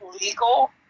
legal